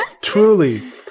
Truly